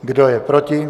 Kdo je proti?